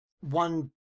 one